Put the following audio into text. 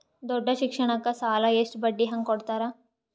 ದೊಡ್ಡ ಶಿಕ್ಷಣಕ್ಕ ಸಾಲ ಎಷ್ಟ ಬಡ್ಡಿ ಹಂಗ ಕೊಡ್ತಾರ?